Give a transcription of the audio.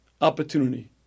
opportunity